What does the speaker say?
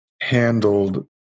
handled